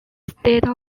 state